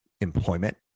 employment